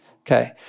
Okay